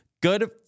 good